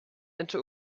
into